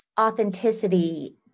authenticity